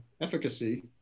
efficacy